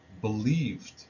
believed